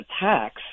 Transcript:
attacks